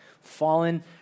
fallen